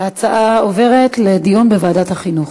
ההצעות עוברות לדיון בוועדת החינוך.